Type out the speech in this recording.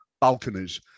balconies